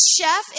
chef